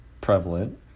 prevalent